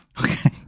okay